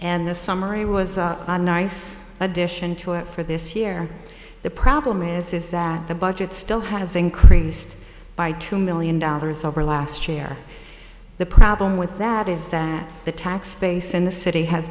and the summary was a nice addition to it for this year the problem is is that the budget still has increased by two million dollars over last year the problem with that is that the tax base in the city has